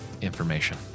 information